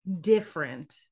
different